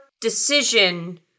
decision